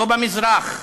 לא במזרח.